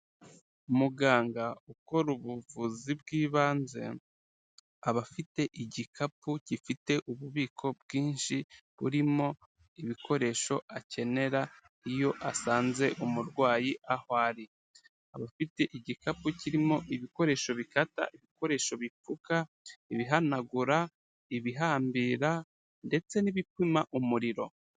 Muganga ukora ubuvuzi bw'ibanze, aba afite igikapu gifite ububiko bwinshi burimo ibikoresho akenera, iyo asanze umurwayi aho ari. Aba afite igikapu kirimo ibikoresho bikata, ibikoresho bipfuka, ibihanagura, ibihambira, ndetse n'ibipima umuriro.